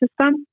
System